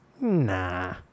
Nah